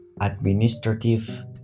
administrative